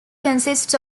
consists